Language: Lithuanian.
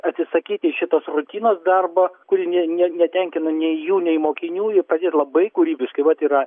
atsisakyti šitos rutinos darbo kuri ne ne netenkina nei jų nei mokinių jei pradėt labai kūrybiškai vat yra